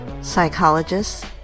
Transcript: Psychologist